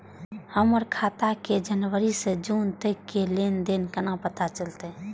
हमर खाता के जनवरी से जून तक के लेन देन केना पता चलते?